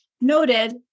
noted